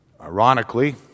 ironically